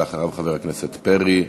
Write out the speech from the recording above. אחריו, חבר הכנסת פרי.